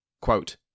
quote